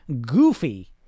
goofy